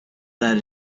that